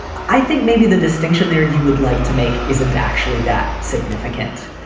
i think maybe the distinction there you would like to make isn't actually that significant.